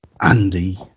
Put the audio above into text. Andy